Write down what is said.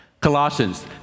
Colossians